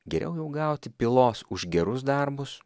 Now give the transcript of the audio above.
geriau jau gauti pylos už gerus darbus